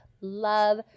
love